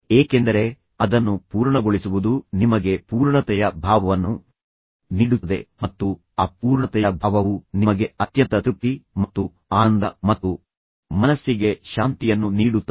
ಏಕೆಂದರೆ ಅದನ್ನು ಪೂರ್ಣಗೊಳಿಸುವುದು ನಿಮಗೆ ಪೂರ್ಣತೆಯ ಭಾವವನ್ನು ನೀಡುತ್ತದೆ ಮತ್ತು ಆ ಪೂರ್ಣತೆಯ ಭಾವವು ನಿಮಗೆ ಅತ್ಯಂತ ತೃಪ್ತಿ ಮತ್ತು ಆನಂದ ಮತ್ತು ಮನಸ್ಸಿಗೆ ಶಾಂತಿಯನ್ನು ನೀಡುತ್ತದೆ